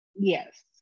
Yes